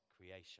creation